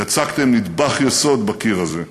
יצקתם נדבך יסוד בקיר הזה,